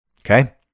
Okay